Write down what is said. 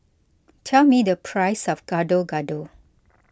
tell me the price of Gado Gado